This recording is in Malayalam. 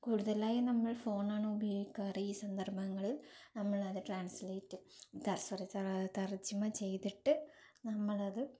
കൂടുതലായി നമ്മൾ ഫോണാണ് ഉപയോഗിക്കാറ് ഈ സന്ദർഭങ്ങളിൽ നമ്മളത് ട്രാൻസലേറ്റ് സോറി തർജ്ജിമ ചെയ്തിട്ട് നമ്മളത്